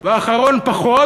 והאחרון פחות,